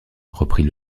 reprit